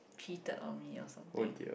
cheated on me or something